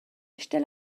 eistedd